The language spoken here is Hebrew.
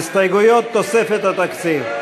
ההסתייגויות לסעיף 33,